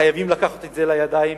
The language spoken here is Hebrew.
חייבים לקחת את זה לידיים,